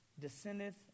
descendeth